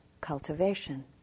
cultivation